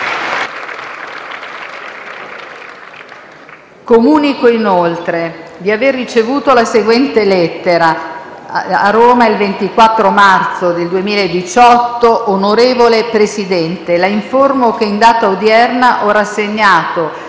Comunico inoltre di aver ricevuto la seguente lettera: «Roma, 24 marzo 2018 Onorevole Presidente, La informo che in data odierna ho rassegnato